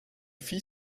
fit